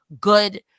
good